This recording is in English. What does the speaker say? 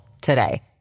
today